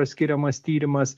skiriamas tyrimas